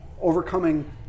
overcoming